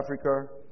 Africa